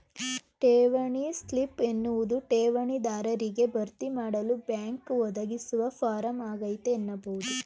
ಠೇವಣಿ ಸ್ಲಿಪ್ ಎನ್ನುವುದು ಠೇವಣಿ ದಾರರಿಗೆ ಭರ್ತಿಮಾಡಲು ಬ್ಯಾಂಕ್ ಒದಗಿಸುವ ಫಾರಂ ಆಗೈತೆ ಎನ್ನಬಹುದು